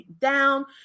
down